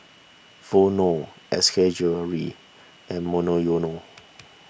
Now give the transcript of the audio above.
Vono S K Jewellery and Monoyono